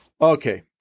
Okay